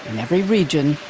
and every region,